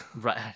right